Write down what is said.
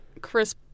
Chris